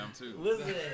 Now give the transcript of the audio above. Listen